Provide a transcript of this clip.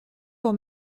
pour